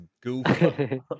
goofy